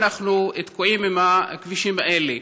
ואנחנו תקועים עם הכבישים האלה.